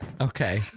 Okay